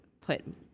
put